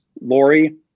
Lori